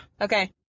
Okay